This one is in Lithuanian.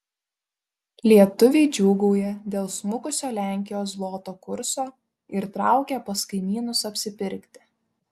lietuviai džiūgauja dėl smukusio lenkijos zloto kurso ir traukia pas kaimynus apsipirkti